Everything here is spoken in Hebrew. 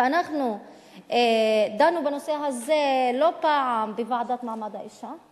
ואנחנו דנו בנושא הזה לא פעם בוועדה למעמד האשה.